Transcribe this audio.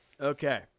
Okay